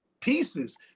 pieces